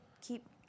keep